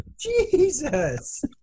Jesus